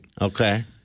Okay